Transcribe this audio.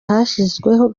hashyizweho